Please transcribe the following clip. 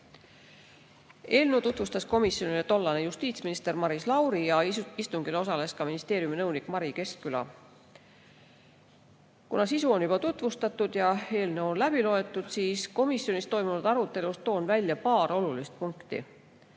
Eelnõu tutvustas komisjonile tollane justiitsminister Maris Lauri ja istungil osales ka ministeeriumi nõunik Mari Keskküla. Kuna sisu on juba tutvustatud ja eelnõu on läbi loetud, siis toon komisjonis toimunud arutelust välja paar olulist punkti.